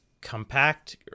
compact